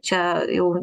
čia jau